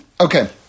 Okay